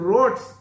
Roads